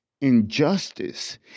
injustice